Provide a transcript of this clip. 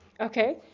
okay